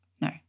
No